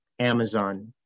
Amazon